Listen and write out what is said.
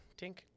tink